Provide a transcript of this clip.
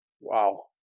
Wow